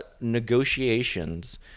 negotiations